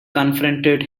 confronted